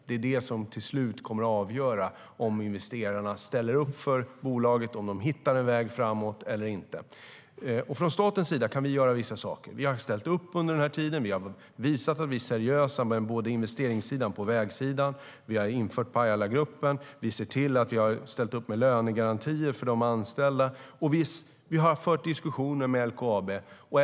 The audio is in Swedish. Det är vad som till slut kommer att avgöra om investerarna ställer upp för bolaget, om de hittar en väg framåt eller inte. Staten kan göra vissa saker. Vi har ställt upp under denna tid. Vi har visat att vi är seriösa på investeringssidan och vägsidan. Vi har infört Pajalagruppen. Vi har ställt upp med lönegarantier för de anställda. Vi har fört diskussioner med LKAB.